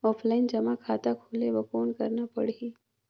Offline जमा खाता खोले बर कौन करना पड़ही?